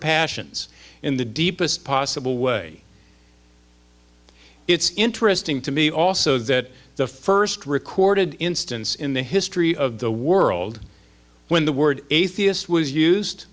passions in the deepest possible way it's interesting to me also that the first recorded instance in the history of the world when the word atheist was used